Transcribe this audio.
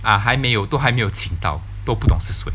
ah 还没有都还没有请到都不懂是谁